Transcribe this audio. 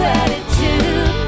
attitude